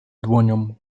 dłonią